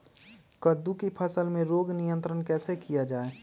कददु की फसल में रोग नियंत्रण कैसे किया जाए?